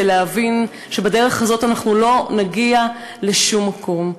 להבין שבדרך הזאת אנחנו לא נגיע לשום מקום.